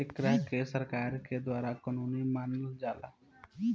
एकरा के सरकार के द्वारा कानूनी मानल जाला